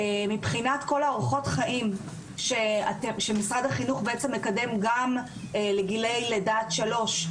מבחינת כל אורחות חיים שמשרד החינוך בעצם מקדם גם לגילאי לידה עד שלוש.